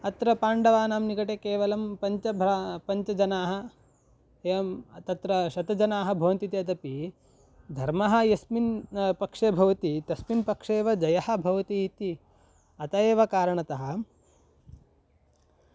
अत्र पाण्डवानां निकटे केवलं पञ्च भ्रा पञ्च जनाः एवं तत्र शतं जनाः भवन्ति चेदपि धर्मः यस्मिन् पक्षे भवति तस्मिन् पक्षे एव जयः भवति इति अतः एव कारणतः